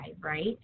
right